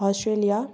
Australia